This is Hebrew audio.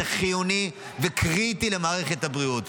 הן חיוניות וקריטיות למערכת הבריאות.